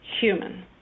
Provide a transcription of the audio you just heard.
human